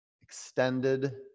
extended